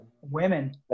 Women